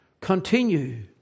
continue